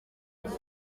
ubu